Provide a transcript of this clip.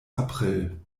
april